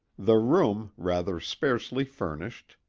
the room, rather sparely furnished,